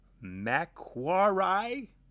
Macquarie